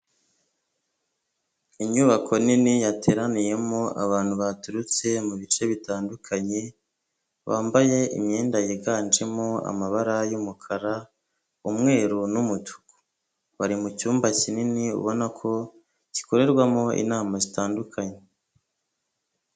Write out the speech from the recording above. Inyubako nini yateraniyemo abantu baturutse mu bice bitandukanye bambaye imyenda yiganjemo amabara y'umukara, umweru n'umutuku bari mucyumba kinini ubona ko gikorerwamo inama zitandukanye.